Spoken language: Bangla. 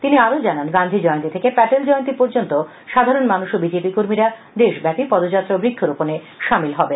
তিনি আরো জানান গান্ধী জয়ন্তী থেকে প্যাটেল জয়ন্তী পর্যন্ত সাধারণ মানুষ ও বিজেপি কর্মীরা দেশব্যাপী পদযাত্রা ও বৃক্ষরোপণে সামিল হবেন